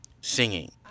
Singing